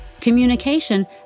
communication